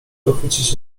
pochwycić